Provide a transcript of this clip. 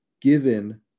given